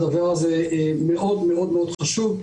הדבר הזה מאוד מאוד חשוב.